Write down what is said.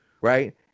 Right